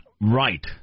Right